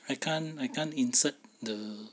I can't I can't insert the